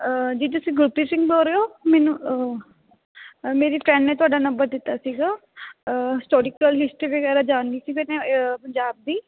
ਜੀ ਤੁਸੀਂ ਗੁਰਪ੍ਰੀਤ ਸਿੰਘ ਬੋਲ ਰਹੇ ਹੋ ਮੈਨੂੰ ਮੇਰੀ ਫਰੈਂਡ ਨੇ ਤੁਹਾਡਾ ਨੰਬਰ ਦਿੱਤਾ ਸੀਗਾ ਹਿਸਟੋਰੀਕਲ ਹਿਸਟਰੀ ਵਗੈਰਾ ਜਾਣਨੀ ਸੀ ਮੈਂਨੇ ਪੰਜਾਬ ਦੀ